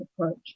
approach